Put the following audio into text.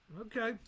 Okay